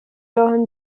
johann